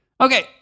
Okay